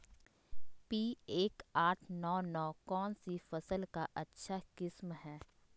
P एक आठ नौ नौ कौन सी फसल का अच्छा किस्म हैं?